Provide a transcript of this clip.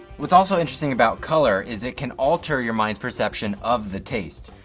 what's also interesting about color is it can alter your mind's perception of the taste.